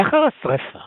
לאחר השרפה